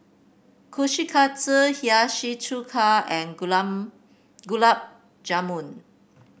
Kushikatsu Hiyashi Chuka and Gulab Gulab Jamun